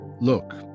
Look